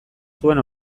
zuen